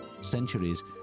centuries